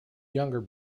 younger